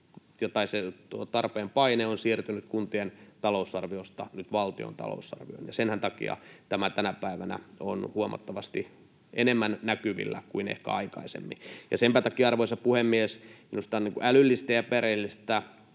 tarpeen paine on siirtynyt kuntien talousarvioista nyt valtion talousarvioon. Senhän takia tämä tänä päivänä on huomattavasti enemmän näkyvillä kuin ehkä aikaisemmin. Senpä takia, arvoisa puhemies, minusta on älyllisesti epärehellistä